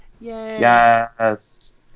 yes